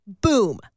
Boom